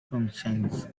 consents